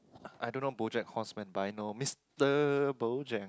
I don't know BoJack-Horseman but I know Mister BoJack